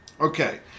Okay